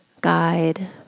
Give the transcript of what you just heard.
guide